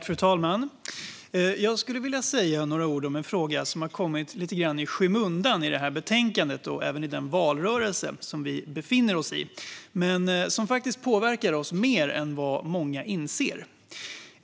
Fru talman! Jag skulle vilja säga några ord om en fråga som har kommit lite grann i skymundan i det här betänkandet, och även i den valrörelse som vi befinner oss i, men som faktiskt påverkar oss mer än vad många inser.